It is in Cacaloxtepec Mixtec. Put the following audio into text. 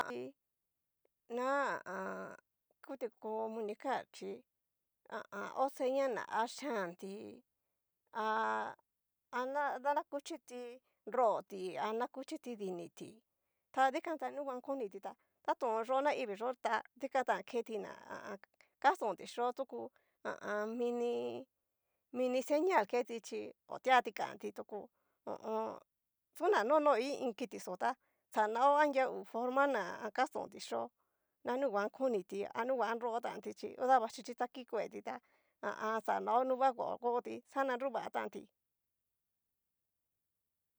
Ti na ha a an. kuti comunicar chí o seña na ha xihanti ha. na dakuchiti nroti ana kuchiti diniti ta dikan ta nunguan koniti tá tatón yó naivii yó tá dika tan keti na kastonti xhio tuku ha a an. mini mini señal keti chí otuati kanti tuko, ho o on. toda nono i iin kitixó tá xanao anria hu forma ná kastonti chio na nunguan koniti anunguan nrotanti chí udaba xhichi ta kikuetanti ta ha a an. xanao nuva kuao koti xana nruva tanti.